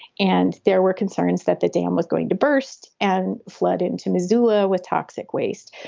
and there were concerns that the dam was going to burst and flood into missoula with toxic waste.